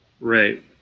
Right